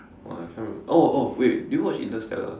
!wah! I can't remember oh oh wait did you watch Interstellar